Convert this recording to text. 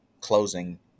closing